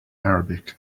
arabic